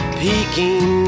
peeking